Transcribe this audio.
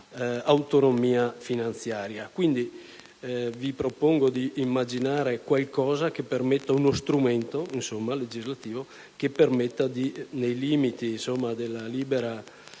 autonomia finanziaria. Quindi, vi propongo di immaginare qualcosa - uno strumento legislativo - che permetta, nei limiti della libera